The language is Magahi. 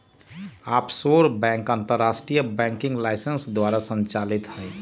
आफशोर बैंक अंतरराष्ट्रीय बैंकिंग लाइसेंस द्वारा संचालित हइ